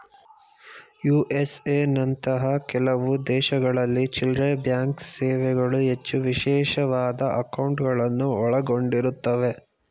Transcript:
USA ನಂತಹ ಕೆಲವು ದೇಶಗಳಲ್ಲಿ ಚಿಲ್ಲ್ರೆಬ್ಯಾಂಕ್ ಸೇವೆಗಳು ಹೆಚ್ಚು ವಿಶೇಷವಾದ ಅಂಕೌಟ್ಗಳುನ್ನ ಒಳಗೊಂಡಿರುತ್ತವೆ